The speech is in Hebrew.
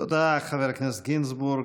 תודה, חבר הכנסת גינזבורג.